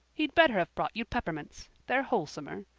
he'd better have brought you peppermints. they're wholesomer.